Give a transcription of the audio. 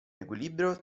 equilibrio